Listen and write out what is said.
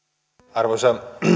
arvoisa